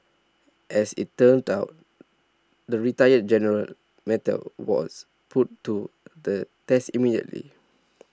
as it turned out the retired general's mettle was put to the test immediately